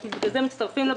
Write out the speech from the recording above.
לכן אנחנו מצטרפים לבקשה.